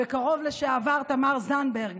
בקרוב לשעבר, תמר זנדברג.